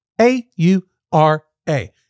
A-U-R-A